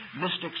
mystics